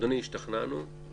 אדוני, השתכנענו.